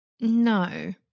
no